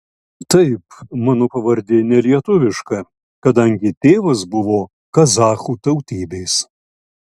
taip mano pavardė ne lietuviška kadangi tėvas buvo kazachų tautybės